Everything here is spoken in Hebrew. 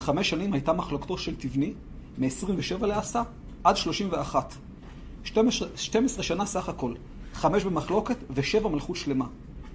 חמש שנים הייתה מחלוקתו של טבני, מ-27 לאסה עד 31. 12 שנה סך הכל, חמש במחלוקת ושבע מלכות שלמה.